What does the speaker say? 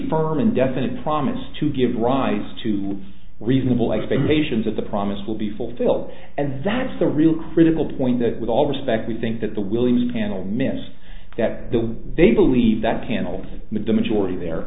firm and definite promise to give rise to reasonable expectations of the promise will be fulfilled and that's the real critical point that with all respect we think that the williams panel mess that the way they believe that can all madame majority there